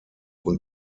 und